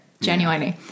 genuinely